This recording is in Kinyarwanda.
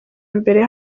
mbere